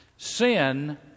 Sin